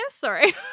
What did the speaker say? Sorry